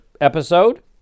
episode